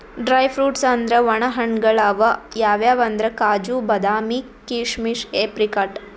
dry fruits ಅಂದ್ರ ವಣ ಹಣ್ಣ್ಗಳ್ ಅವ್ ಯಾವ್ಯಾವ್ ಅಂದ್ರ್ ಕಾಜು, ಬಾದಾಮಿ, ಕೀಶಮಿಶ್, ಏಪ್ರಿಕಾಟ್